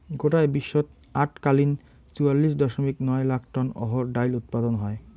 গোটায় বিশ্বত আটকালিক চুয়াল্লিশ দশমিক নয় লাখ টন অহর ডাইল উৎপাদন হয়